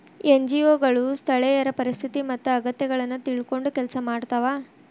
NGO ಗಳು ಸ್ಥಳೇಯರ ಪರಿಸ್ಥಿತಿ ಮತ್ತ ಅಗತ್ಯಗಳನ್ನ ತಿಳ್ಕೊಂಡ್ ಕೆಲ್ಸ ಮಾಡ್ತವಾ